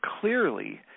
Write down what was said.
clearly